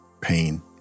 pain